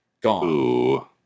gone